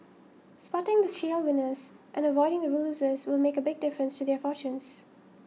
spotting the shale winners and avoiding the losers will make a big difference to their fortunes